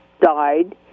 died